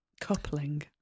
coupling